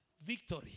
victory